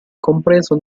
compreso